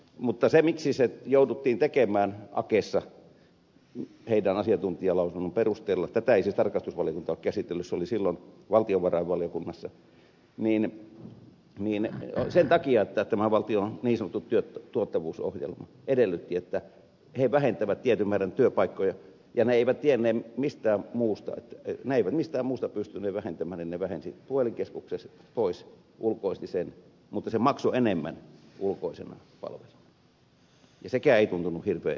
mutta se miksi se jouduttiin tekemään akessa tätä ei siis tarkastusvaliokunta ole käsitellyt se oli silloin valtiovarainvaliokunnassa johtui asiantuntijalausunnon perusteella siitä että tämä valtion niin sanottu tuottavuusohjelma edellytti että he vähentävät tietyn määrän työpaikkoja ja kun he eivät pystyneet mistään muusta vähentämään niin vähensivät puhelinkeskuksen pois ulkoistivat sen mutta se maksoi enemmän ulkoisena palveluna ja sekään ei tuntunut hirveän järkevältä